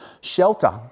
shelter